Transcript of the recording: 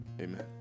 Amen